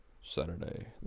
Saturday